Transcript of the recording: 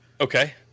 okay